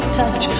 touch